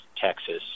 Texas